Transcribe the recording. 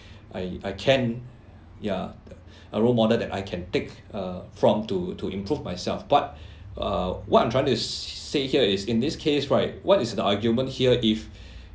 I I can ya the a role model that I can take err from to to improve myself but err what I'm trying to say here is in this case right what is the argument here if